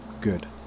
good